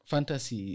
Fantasy